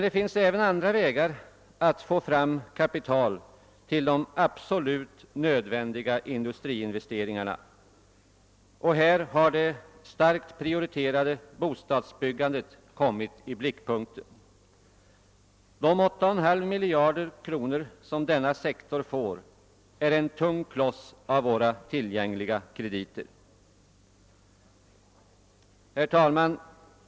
Det finns även andra vägar att få fram kapital till de absolut nödvändiga industriinvesteringarna, och här har det starkt prioriterade bostadsbyggandet kommit i blickpunkten. De 8,5 miljarder kronor som denna sektor får är en tung kloss bland våra tillgängliga krediter. Herr talman!